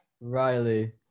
Riley